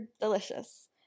delicious